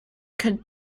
könnt